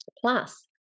plus